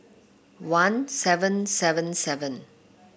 one seven seven seven